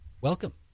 welcome